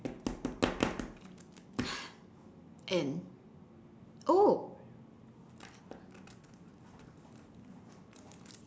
and oh